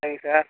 சரிங்க சார்